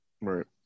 Right